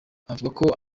avuga